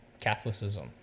Catholicism